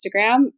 Instagram